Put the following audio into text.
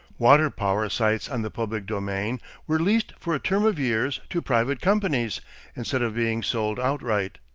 water power sites on the public domain were leased for a term of years to private companies instead of being sold outright.